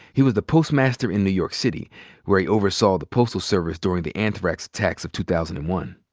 he was the postmaster in new york city where he oversaw the postal service during the anthrax attacks of two thousand and one.